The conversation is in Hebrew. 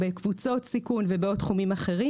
בקבוצות סיכון ובעוד תחומים אחרים.